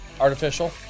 Artificial